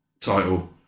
title